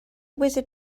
wizard